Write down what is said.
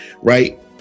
right